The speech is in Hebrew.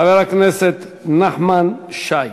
חבר הכנסת נחמן שי,